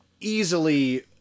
easily